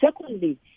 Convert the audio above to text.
Secondly